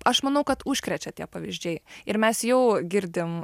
aš manau kad užkrečia tie pavyzdžiai ir mes jau girdim